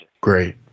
great